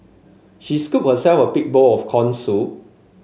she scooped herself a big bowl of corn soup